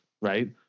right